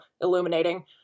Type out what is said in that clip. illuminating